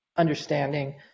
understanding